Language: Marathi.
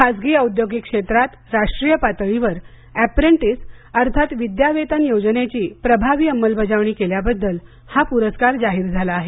खासगी औद्योगिक क्षेत्रात राष्ट्रीय पातळीवर अॅप्रेंटीस योजनेची प्रभावी अंमलबजावणी केल्याबद्दल हा पुरस्कार जाहीर झाला आहे